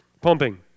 pumping